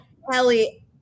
Hallie